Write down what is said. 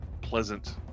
pleasant